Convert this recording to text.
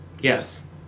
Yes